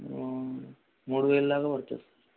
మూడు వేలు దాకా పడుతుంది